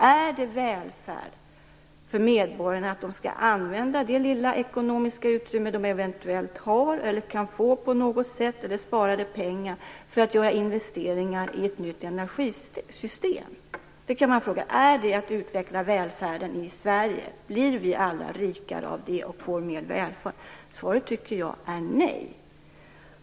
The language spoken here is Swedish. Är det välfärd att medborgarna skall använda det lilla ekonomiska utrymme de eventuellt har eller kan få, eller sparade pengar, till att göra investeringar i ett nytt energisystem? Är det att utveckla välfärden i Sverige? Blir vi alla rikare av det och får mer välfärd? Jag tycker att svaret är nej.